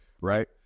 right